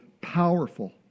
powerful